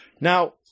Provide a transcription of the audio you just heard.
Now